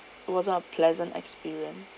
it wasn't a pleasant experience